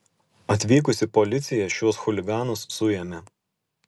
atvykusi policija šiuos chuliganus suėmė